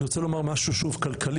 ואני רוצה לומר שוב משהו כלכלי,